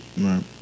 Right